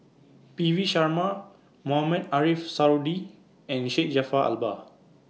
P V Sharma Mohamed Ariff Suradi and Syed Jaafar Albar